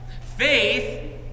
Faith